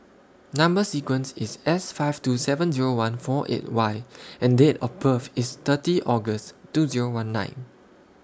Number sequence IS S five two seven Zero one four eight Y and Date of birth IS thirty August two Zero one nine